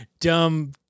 dumb